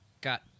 got